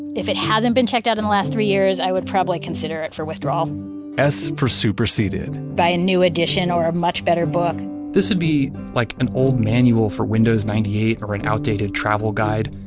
if it hasn't been checked out in the last three years, i would probably consider it for withdrawal s for superseded buy a new edition or a much better book this would be like an old manual for windows ninety eight or an outdated travel guide.